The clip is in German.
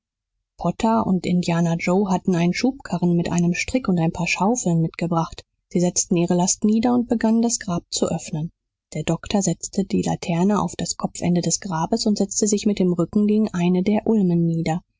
potter und indianer joe hatten einen schubkarren mit einem strick und ein paar schaufeln mitgebracht sie setzten ihre last nieder und begannen das grab zu öffnen der doktor setzte die laterne auf das kopfende des grabes und setzte sich mit dem rücken gegen eine der ulmen nieder